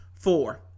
Four